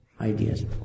ideas